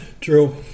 True